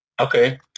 Okay